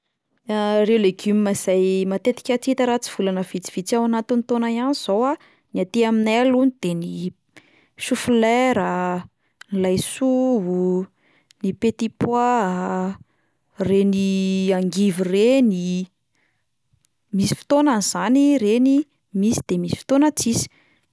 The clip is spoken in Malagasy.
Ireo legioma zay matetika tsy hita raha tsy volana vitsivitsy ao anatin'ny taona ihany zao a, ny aty aminay alohany de ny soflera, laisoa, ny petit pois a, ireny angivy ireny, misy fotoana zany ireny misy, de misy fotoana tsisy.